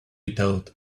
without